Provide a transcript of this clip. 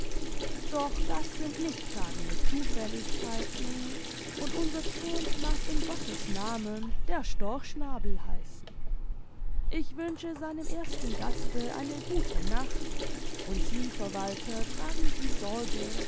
doch das sind nichtssagende zufälligkeiten und unser thurm mag in gottesnamen der storchschnabel heißen ich wünsche seinem ersten gaste eine gute nacht und sie verwalter tragen sie sorge